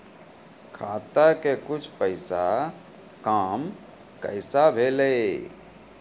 खाता के कुछ पैसा काम कैसा भेलौ?